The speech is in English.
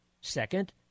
Second